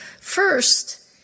First